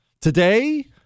Today